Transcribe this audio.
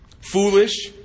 foolish